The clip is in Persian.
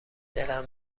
دلم